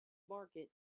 market